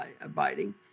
abiding